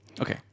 Okay